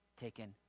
taken